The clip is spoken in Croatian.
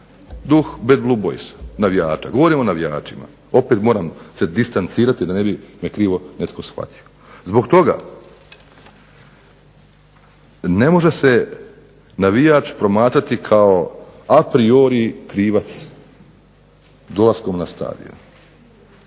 duh BBB. Govorim o navijačima, opet se moram distancirati da me ne bi netko krivo shvatio. Zbog toga ne može se navijač promatrati kao a priori krivac dolaskom na stadion.